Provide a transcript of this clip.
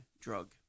drug